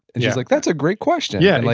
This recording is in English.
and she's like, that's a great question. yeah, like